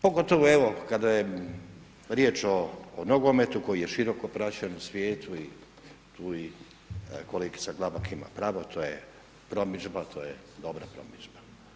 Pogotovo evo kada je riječ o nogometu koji je široko praćen u svijetu i tu i kolegica Glavak ima pravo, to je promidžba, to je dobra promidžba.